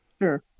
Sure